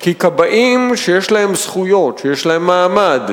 כי כבאים שיש להם זכויות, שיש להם מעמד,